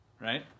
right